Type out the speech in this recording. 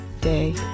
day